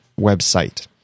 website